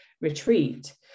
retreat